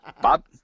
Bob